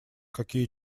какие